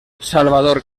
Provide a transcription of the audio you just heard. salvador